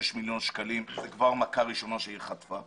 מיליון שקלים וזאת מכה ראשונה שהעיר חטפה.